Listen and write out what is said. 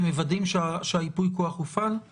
צריך להפעיל לגביו את ייפוי הכוח המתמשך,